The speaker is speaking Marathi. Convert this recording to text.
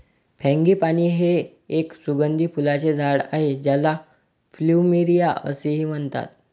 फ्रँगीपानी हे एक सुगंधी फुलांचे झाड आहे ज्याला प्लुमेरिया असेही म्हणतात